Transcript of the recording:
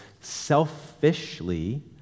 selfishly